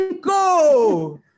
go